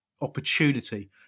opportunity